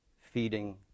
feeding